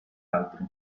altri